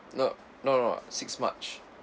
no no no sixth march